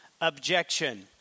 objection